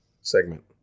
segment